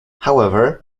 however